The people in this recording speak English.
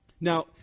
Now